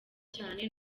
cyane